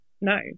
no